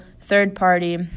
third-party